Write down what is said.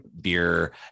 beer